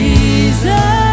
Jesus